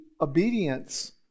obedience